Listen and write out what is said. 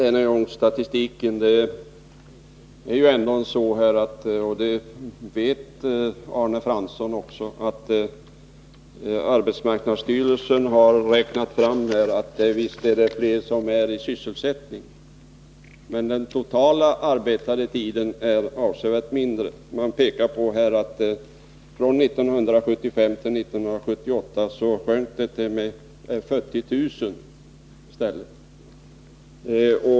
Herr talman! Än en gång beträffande statistiken: Arbetsmarknadsstyrelsen har ändå — och det vet Arne Fransson också — räknat fram att det visserligen är fler sysselsatta men att den totalt arbetade tiden är avsevärt mindre. Man pekar på att det från 1975 till 1978 var en minskning av arbetstiden motsvarande 40 000 sysselsatta.